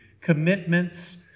Commitments